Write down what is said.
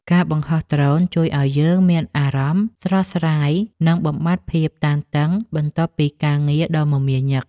ការបង្ហោះដ្រូនជួយឱ្យយើងមានអារម្មណ៍ស្រស់ស្រាយ និងបំបាត់ភាពតានតឹងបន្ទាប់ពីការងារដ៏មមាញឹក។